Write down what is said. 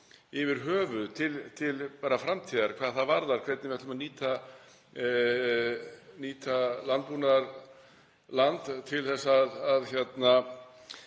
yfirhöfuð til framtíðar hvað það varðar hvernig við ætlum að nýta landbúnaðarland til þess að